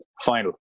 final